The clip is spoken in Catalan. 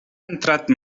entrat